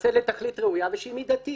נעשית לתכלית ראויה ושהיא מידתית.